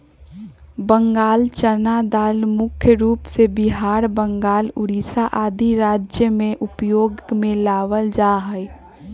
बंगाल चना दाल मुख्य रूप से बिहार, बंगाल, उड़ीसा आदि राज्य में उपयोग में लावल जा हई